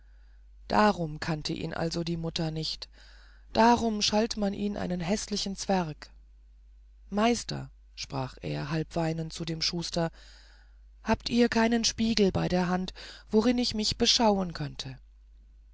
darum kannte ihn also die mutter nicht darum schalt man ihn einen häßlichen zwerg meister sprach er halb weinend zu dem schuster habt ihr keinen spiegel bei der hand worin ich mich beschauen könnte